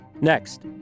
Next